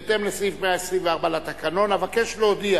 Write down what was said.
בהתאם לסעיף 124 לתקנון, אבקש להודיע